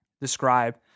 describe